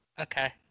okay